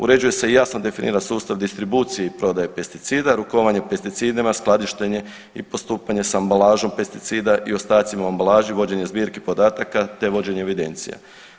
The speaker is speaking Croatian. Uređuje se i jasno definira sustav distribucije i prodaje pesticida, rukovanje pesticidima, skladištenje i postupanje s ambalažom pesticida i ostacima ambalaži, vođenje zbirki podataka te vođenje evidencija.